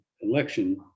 election